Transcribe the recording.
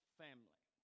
family